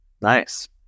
Nice